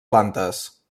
plantes